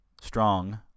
Strong